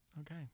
Okay